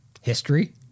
History